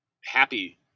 happy